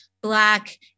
Black